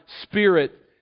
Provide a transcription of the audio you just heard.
spirit